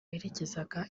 yerekezaga